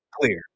Clear